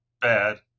bad